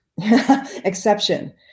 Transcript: exception